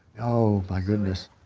oh, my goodness.